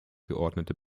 geordnete